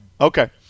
Okay